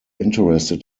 interested